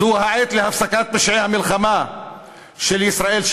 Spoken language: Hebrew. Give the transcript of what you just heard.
זו העת להפסקת פשעי המלחמה של ישראל,